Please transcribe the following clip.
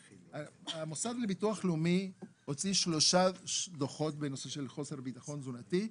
המוסד לביטוח לאומי הוציא שלושה דוחות בנושא של חוסר ביטחון תזונתי.